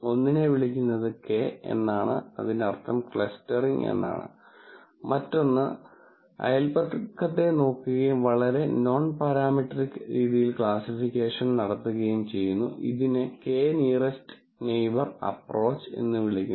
ഒന്നിനെ വിളിക്കുന്നത് K എന്നാണ് അതിനർത്ഥം ക്ലസ്റ്ററിംഗ് എന്നാണ് മറ്റൊന്ന് അയൽപക്കത്തെ നോക്കുകയും വളരെ നോൺപാരാമെട്രിക് രീതിയിൽ ക്ലാസ്സിഫിക്കേഷൻ നടത്തുകയും ചെയ്യുന്നു ഇതിനെ K നിയറെസ്റ് നെയിബർ അപ്പ്രോച്ച് എന്ന് വിളിക്കുന്നു